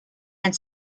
and